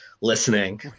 listening